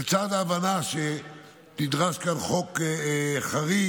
לצד ההבנה שנדרש כאן חוק חריג,